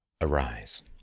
arise